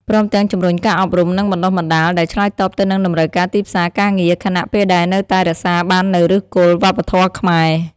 ព្រមទាំងជំរុញការអប់រំ និងបណ្ដុះបណ្ដាលដែលឆ្លើយតបទៅនឹងតម្រូវការទីផ្សារការងារ ខណៈពេលដែលនៅតែរក្សាបាននូវឫសគល់វប្បធម៌ខ្មែរ។